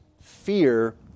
fear